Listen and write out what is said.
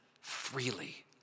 freely